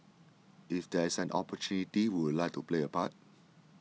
if there is an opportunity we would like to play a part